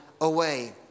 away